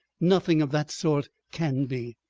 nothing of that sort can be.